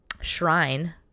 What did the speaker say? shrine